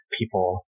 people